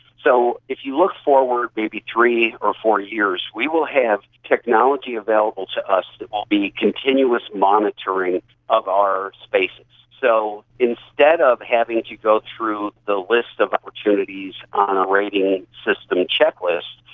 so if you look forward maybe three or four years, we will have technology available to us that will be continuous monitoring of our spaces. so instead of having to go through the list of opportunities on a rating system checklist,